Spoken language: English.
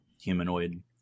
humanoid